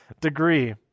degree